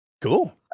Cool